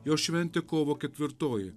jos šventė kovo ketvirtoji